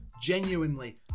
Genuinely